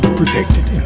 protected